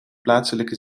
plaatselijke